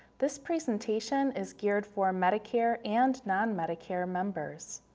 this presentation is geared for medicare and non-medicare members.